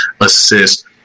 assist